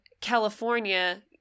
California